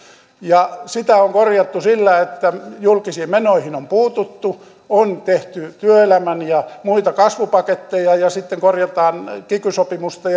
ja sitä on korjattu sillä että julkisiin menoihin on puututtu on tehty työelämän ja muita kasvupaketteja ja sitten korjataan kiky sopimusta